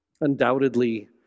Undoubtedly